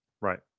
Right